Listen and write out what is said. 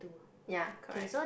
ya correct